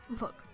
Look